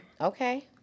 Okay